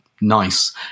nice